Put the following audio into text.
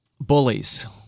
Bullies